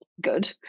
good